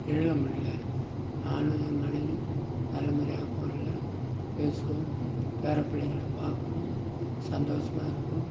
எல்லம் உள்ள நானும் என் மனைவியும் நல்ல முறையாக போனில் பேசுவோம் பேரப்பிள்ளைங்களை பார்ப்போம் சந்தோஷமாக இருப்போம்